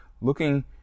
looking